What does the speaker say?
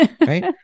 Right